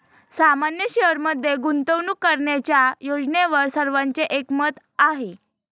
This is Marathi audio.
सामान्य शेअरमध्ये गुंतवणूक करण्याच्या योजनेवर सर्वांचे एकमत आहे